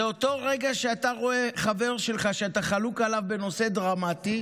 זה אותו רגע שאתה רואה חבר שלך שאתה חלוק עליו בנושא דרמטי.